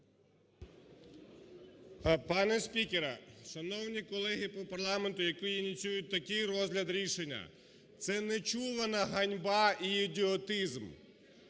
Пане спікере, шановні колеги по парламенту, які ініціюють такий розгляд рішення, це нечувана ганьба і ідіотизм.